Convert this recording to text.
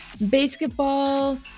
basketball